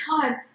time